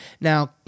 Now